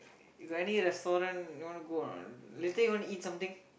got any restaurant you wanna go or not later you want eat something